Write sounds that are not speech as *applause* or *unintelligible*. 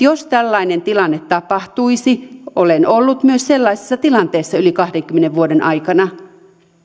*unintelligible* jos tällainen tilanne tapahtuisi olen ollut myös sellaisessa tilanteessa yli kahdenkymmenen vuoden aikana